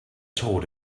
thought